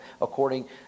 according